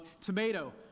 tomato